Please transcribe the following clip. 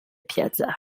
piazza